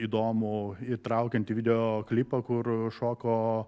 įdomų įtraukiantį video klipą kur šoko